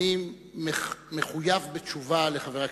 אני ממש מייחל, מקווה ומתפלל,